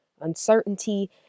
Uncertainty